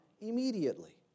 immediately